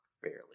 fairly